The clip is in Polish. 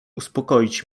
uspokoić